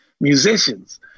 musicians